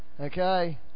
Okay